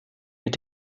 mit